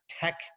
tech